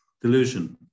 Delusion